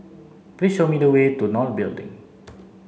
please show me the way to not Building